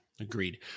Agreed